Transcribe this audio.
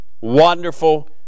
wonderful